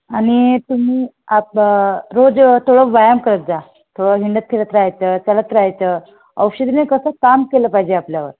आणि तुम्ही आप रोज थोडं व्यायाम करत जा थोडं हिंडत फिरत राहायचं चालत राहायचं औषधीने कसं काम केलं पाहिजे आपल्यावर